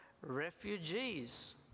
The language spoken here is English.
refugees